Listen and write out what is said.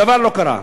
דבר לא קרה.